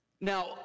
Now